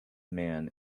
man